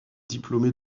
diplômée